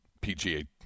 PGA